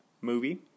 movie